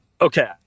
Okay